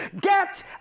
Get